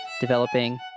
developing